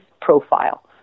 profile